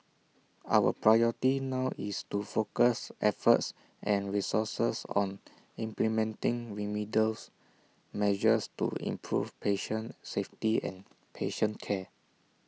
our priority now is to focus efforts and resources on implementing remedials measures to improve patient safety and patient care